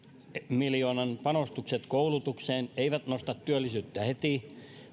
miljoonan panostukset koulutukseen eivät nosta työllisyyttä heti